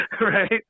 right